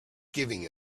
giving